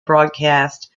broadcasts